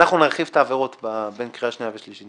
אנחנו נרחיב את העבירות לקראת הקריאה השנייה והשלישית.